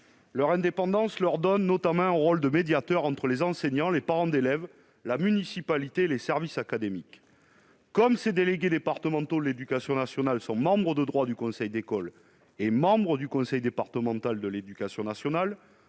Leur indépendance leur donne notamment un rôle de médiateur entre les enseignants, les parents d'élèves, la municipalité et les services académiques. Comme ces délégués sont membres de droit du conseil d'école et membres du conseil départemental de l'éducation nationale,